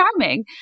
charming